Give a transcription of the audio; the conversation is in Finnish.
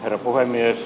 varapuhemies